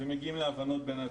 ומגיעים להבנות בין הצדדים.